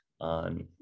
on